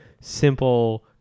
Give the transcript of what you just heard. simple